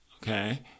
Okay